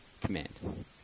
command